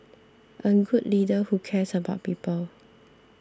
a good leader who cares about people